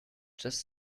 just